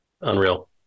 unreal